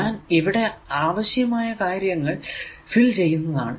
ഞാൻ ഇവിടെ ആവശ്യമായ കാര്യങ്ങൾ ഫിൽ ചെയ്യുന്നതാണ്